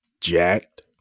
jacked